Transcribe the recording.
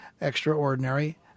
extraordinary